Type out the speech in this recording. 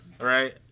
Right